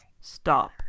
Stop